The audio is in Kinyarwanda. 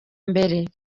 mbere